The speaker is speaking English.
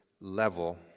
level